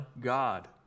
God